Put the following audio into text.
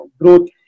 growth